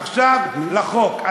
עכשיו לחוק.